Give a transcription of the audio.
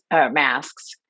masks